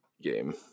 game